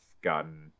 gotten